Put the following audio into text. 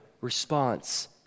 response